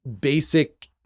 basic